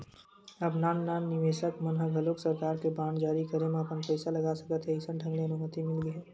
अब नान नान निवेसक मन ह घलोक सरकार के बांड जारी करे म अपन पइसा लगा सकत हे अइसन ढंग ले अनुमति मिलगे हे